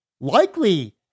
likely